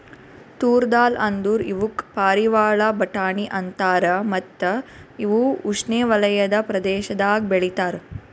ತೂರ್ ದಾಲ್ ಅಂದುರ್ ಇವುಕ್ ಪಾರಿವಾಳ ಬಟಾಣಿ ಅಂತಾರ ಮತ್ತ ಇವು ಉಷ್ಣೆವಲಯದ ಪ್ರದೇಶದಾಗ್ ಬೆ ಳಿತಾರ್